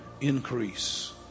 increase